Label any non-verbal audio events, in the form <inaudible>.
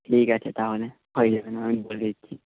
ঠিক আছে তাহলে হয়ে যাবে <unintelligible> আমি বলে দিচ্ছি